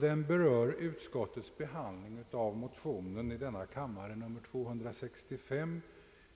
Den berör utskottets behandling av motionen 265 i denna kammare,